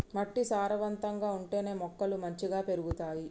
మట్టి సారవంతంగా ఉంటేనే మొక్కలు మంచిగ పెరుగుతాయి